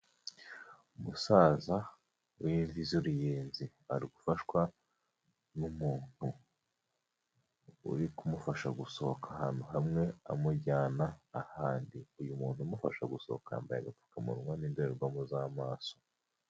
Umusaza wimvi zuruyenzi, arifashwa n'umuntu uri kumufasha gusohoka ahantu hamwe amujyana ahandi, uyu muntu umufasha gusohoka yambaye agapfukamunwa n'indorerwamo z'amaso.